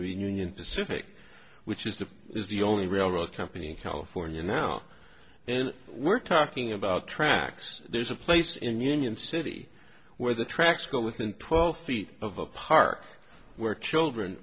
the union pacific which is the is the only real road company california now and we're talking about tracks there's a place in union city where the tracks go within twelve feet of a park where children